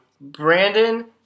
Brandon